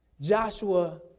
Joshua